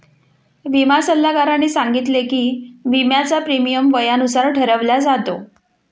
विमा सल्लागाराने सांगितले की, विम्याचा प्रीमियम वयानुसार ठरवला जातो